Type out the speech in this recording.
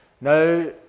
no